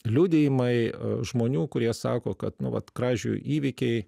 liudijimai žmonių kurie sako kad nu vat kražių įvykiai